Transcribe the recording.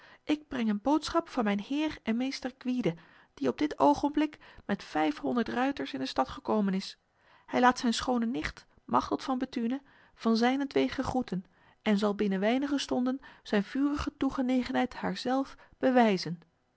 ik breng een boodschap van mijn heer en meester gwyde die op dit ogenblik met vijfhonderd ruiters in de stad gekomen is hij laat zijn schone nicht machteld van bethune van zijnentwege groeten en zal binnen weinig stonden zijn vurige toegenegenheid haar zelf bewijzen